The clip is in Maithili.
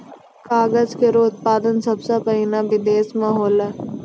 कागज केरो उत्पादन सबसें पहिने बिदेस म होलै